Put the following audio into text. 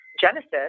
genesis